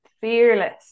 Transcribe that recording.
fearless